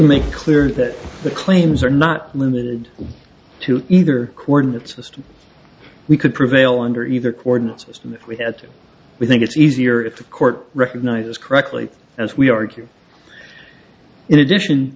make clear that the claims are not limited to either coordinate system we could prevail under either coordinate system if we had to we think it's easier if a court recognizes correctly as we argue in addition